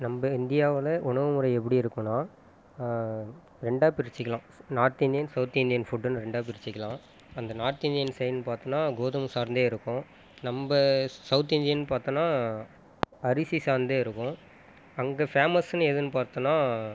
நம்ம இந்தியாவில் உணவு முறை எப்படி இருக்கும்னா ரெண்டா பிரிச்சுக்கிலாம் நார்த் இந்தியன் சவுத் இந்தியன் ஃபுட்டுனு ரெண்டா பிரிச்சுக்கிலாம் அந்த நார்த் இந்தியன் சைன் பார்த்தோன்னா கோதுமை சார்ந்தே இருக்கும் நம்ம சவுத் இந்தியன் பார்த்தோன்னா அரிசி சார்ந்தே இருக்கும் அங்கே ஃபேமெஸ்னு எதுனு பார்த்தோன்னா